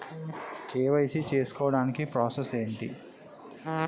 KYC చేసుకోవటానికి process ఏంటి?